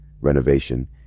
renovation